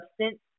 substance